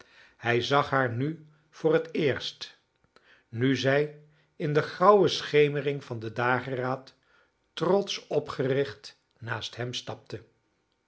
hij zag haar nu voor het eerst nu zij in de grauwe schemering van den dageraad trotsch opgericht naast hem stapte